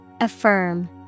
Affirm